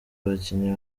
abakinnyi